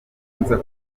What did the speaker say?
nza